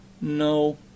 No